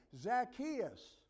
Zacchaeus